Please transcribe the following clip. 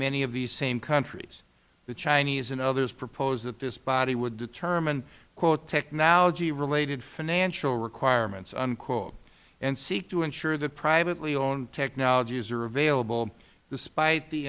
of these same countries the chinese and others propose that this body would determine technology related financial requirements and seek to ensure that privately owned technologies are available despite the